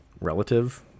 relative